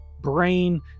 brain